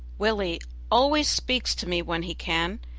willie always speaks to me when he can,